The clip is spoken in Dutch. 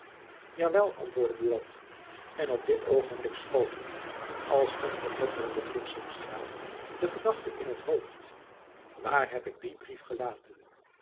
wel antwoordde buat en op dit oogenblik schoot hem als een verpletterende bliksemstraal de gedachte in t hoofd waar heb ik dien brief gelaten